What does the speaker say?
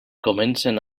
comencen